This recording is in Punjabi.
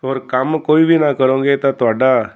ਪਰ ਕੰਮ ਕੋਈ ਵੀ ਨਾ ਕਰੋਗੇ ਤਾਂ ਤੁਹਾਡਾ